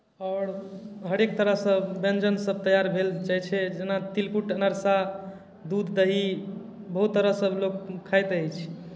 आओर हरेक तरहसँ व्यञ्जनसभ तैआर भेल जाइ छै जेना तिलकुट अनरसा दूध दही बहुत तरह सभलोक खाइत अछि